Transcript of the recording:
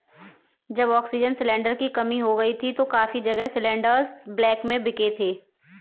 जब oxygen cylinder की कमी हो गई थी तो काफी जगह सिलेंडरस ब्लैक में बिके थे